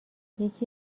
یکی